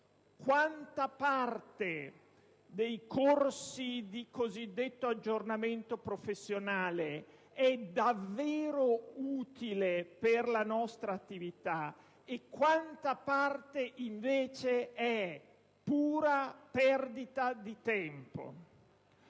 quanta parte dei corsi di cosiddetto aggiornamento professionale è davvero utile per la nostra attività e quanta parte, invece, è pura perdita di tempo.